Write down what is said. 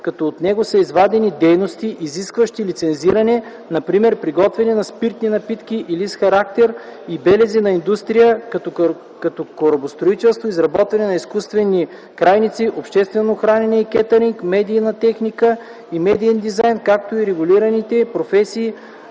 като от него са извадени дейности, изискващи лицензиране - например приготвяне на спиртни напитки или с характер и белези на индустрия като корабостроителство, изработване на изкуствени крайници, обществено хранене и кетъринг, медийна техника и медиен дизайн, както и регулираните професии